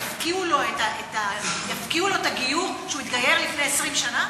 יפקיעו לו את הגיור שהוא התגייר לפני 20 שנה?